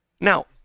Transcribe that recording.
Now